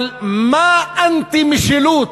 אבל מה אנטי-משילות,